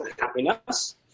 happiness